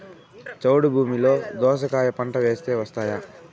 చౌడు భూమిలో దోస కాయ పంట వేస్తే వస్తాయా?